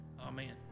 Amen